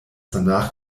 danach